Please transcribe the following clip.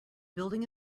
building